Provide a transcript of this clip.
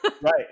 Right